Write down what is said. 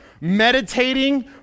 meditating